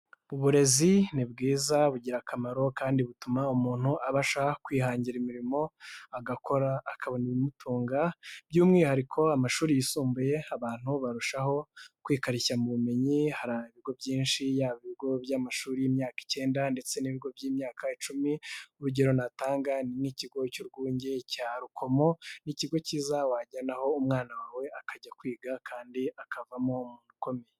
Uburezi ni bwiza bugira akamaro kandi butuma umuntu abasha kwihangira imirimo agakora akabona ibimutunga, by'umwihariko amashuri yisumbuye abantu barushaho kwikarishya mu bumenyi, hari ibigo byinshi ya bigo by'amashuri y'imyaka icyenda, ndetse n'ibigo by'imyaka icumi. Urugero natanga ni nk'ikigo cy'urwunge cya rukomo ,n'ikigo cyiza wajyanaho umwana wawe akajya kwiga kandi akavamo umuntu ukomeye.